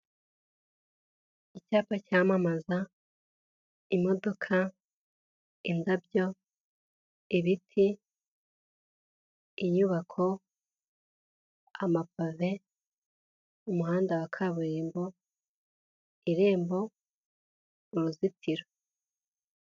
Icyapa cyamamaza imodoka, indabyo, ibiti, inyubako, amapave, umuhanda wa kaburimbo, irembo, uruzitiro.